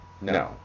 No